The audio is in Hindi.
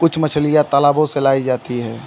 कुछ मछलियाँ तालाबों से लाई जाती है